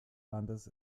landes